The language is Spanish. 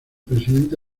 presidente